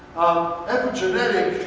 epigenetic,